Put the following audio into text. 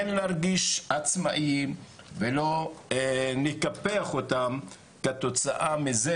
כן להרגיש עצמאיים ולא נקפח אותם כתוצאה מכך